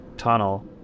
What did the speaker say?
tunnel